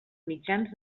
mitjans